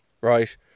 right